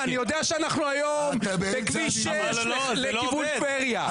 אני יודע שאנחנו היום בכביש 6 לכיוון טבריה,